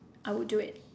I would do it